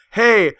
hey